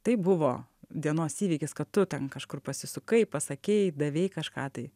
tai buvo dienos įvykis kad tu ten kažkur pasisukai pasakei davei kažką tai